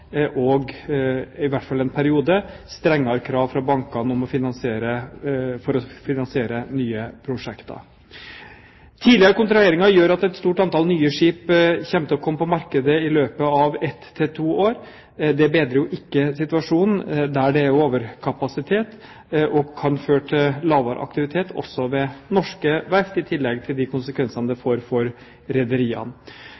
og, i hvert fall en periode, strengere krav fra bankene for å finansiere nye prosjekter. Tidligere kontraheringer gjør at et stort antall nye skip vil komme på markedet i løpet av ett–to år. Det bedrer jo ikke situasjonen der det er overkapasitet, og kan føre til lavere aktivitet også ved norske verft, i tillegg til de konsekvensene det